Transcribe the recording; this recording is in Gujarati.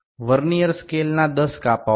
વર્નીઅર સ્કેલના 10 કાપાઓ V